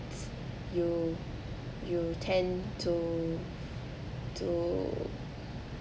you you tend to to